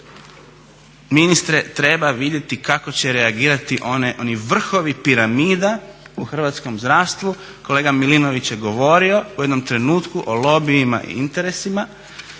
ministre treba vidjeti kako će reagirati oni vrhovi piramida u hrvatskom zdravstvu. Kolega Milinović je govorio u jednom trenutku o lobijima i interesima